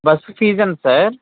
bus fees ఎంత sir